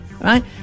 right